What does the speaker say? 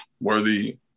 worthy